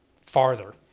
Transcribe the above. farther